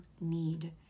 need